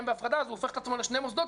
בהפרדה אז הוא הופך את עצמו לשני מוסדות,